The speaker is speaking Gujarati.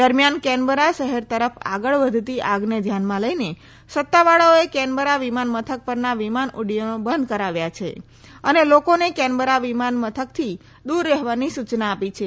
દરમિયાન કેનબરા શહેર તરફ આગળ વધતી આગને ધ્યાનમાં લઈને સત્તાવાળાઓએ કેનબરા વિમાન મથક પરના વિમાન ઉડ્ડયનો બંધ કરાવ્યા છે અને લોકોને કેનબરા વિમાન મથકથી દૂર રહેવાની સૂચના આપી છે